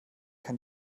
kann